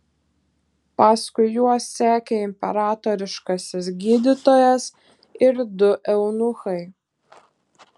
paskui juos sekė imperatoriškasis gydytojas ir du eunuchai